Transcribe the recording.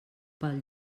pel